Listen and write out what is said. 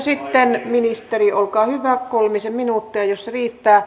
sitten ministeri olkaa hyvä kolmisen minuuttia jos se riittää